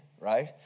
right